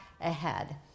ahead